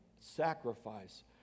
sacrifice